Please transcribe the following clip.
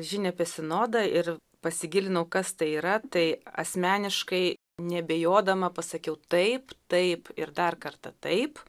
žinią apie sinodą ir pasigilinau kas tai yra tai asmeniškai neabejodama pasakiau taip taip ir dar kartą taip